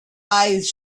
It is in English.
eyes